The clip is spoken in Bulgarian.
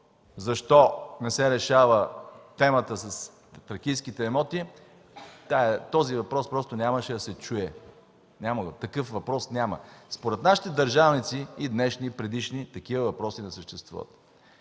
защо не се решава темата с тракийските имоти, този въпрос просто нямаше да се чуе. Няма го! Такъв въпрос няма. Според нашите държавници – и днешни, и предишни, такъв въпрос не съществува.